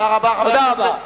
תודה רבה.